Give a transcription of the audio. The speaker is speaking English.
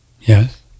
Yes